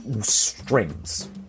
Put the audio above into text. strings